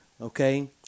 Okay